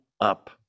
up